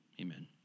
amen